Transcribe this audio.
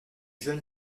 jeune